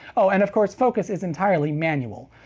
oh, and of course focus is entirely manual.